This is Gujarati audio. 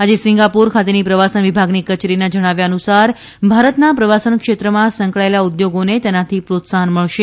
આજે સિંગાપોર ખાતેની પ્રવાસન વિભાગની કચેરીના જણાવ્યા અનુસાર ભારતના પ્રવાસન ક્ષેત્રમાં સંકળાયેલા ઉદ્યોગોને તેનાથી પ્રોત્સાહન મળશે